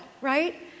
right